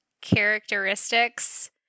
characteristics